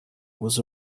was